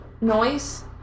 noise